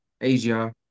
asia